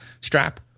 strap